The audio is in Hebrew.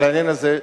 על העניין הזה,